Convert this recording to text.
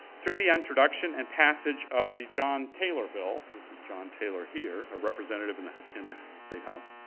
through the introduction and passage of the john taylor bill, this is john taylor here, a representative in the in the statehouse.